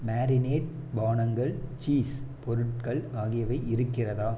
marinate பானங்கள் cheese பொருட்கள் ஆகியவை இருக்கிறதா